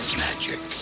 magic